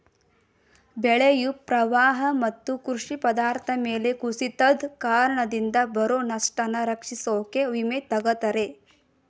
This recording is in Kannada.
ಬೆಳೆಯು ಪ್ರವಾಹ ಮತ್ತು ಕೃಷಿ ಪದಾರ್ಥ ಬೆಲೆ ಕುಸಿತದ್ ಕಾರಣದಿಂದ ಬರೊ ನಷ್ಟನ ರಕ್ಷಿಸೋಕೆ ವಿಮೆ ತಗತರೆ